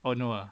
oh no ah